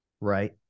right